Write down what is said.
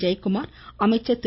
ஜெயக்குமார் அமைச்சர் திரு